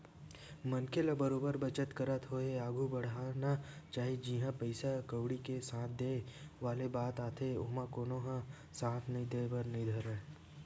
मनखे ल बरोबर बचत करत होय आघु बड़हना चाही जिहाँ पइसा कउड़ी के साथ देय वाले बात आथे ओमा कोनो ह साथ नइ देय बर नइ धरय